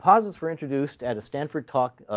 posits were introduced at a stanford talk.